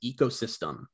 ecosystem